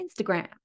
Instagram